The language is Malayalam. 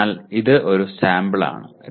അതിനാൽ ഇത് ഒരു സാമ്പിളാണ്